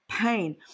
pain